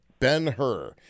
Ben-Hur